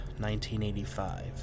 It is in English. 1985